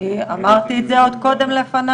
אני אמרתי את זה עוד קודם לפניו,